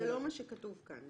זה לא מה שכתוב כאן.